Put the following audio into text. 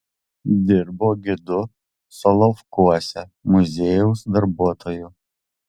dirbo gidu solovkuose muziejaus darbuotoju